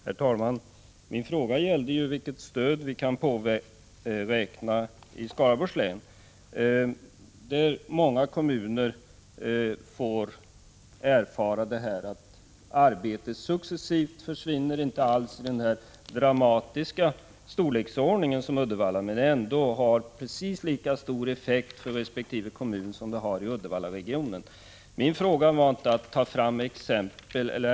Herr talman! Min fråga gällde ju vilket stöd vi i Skaraborgs län kan räkna med. I många kommuner i vårt län får vi erfara att arbeten försvinner. Men det sker successivt och inte alls så dramatiskt som är fallet i Uddevalla. Men effekten är ändå precis densamma för de aktuella kommunerna.